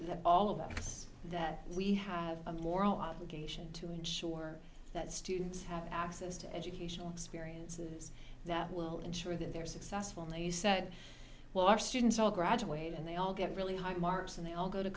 to all of us that we have a moral obligation to ensure that students have access to educational experiences that will ensure that they're successful now you said well our students all graduate and they all get really high marks and they all go to